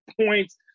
points